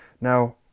Now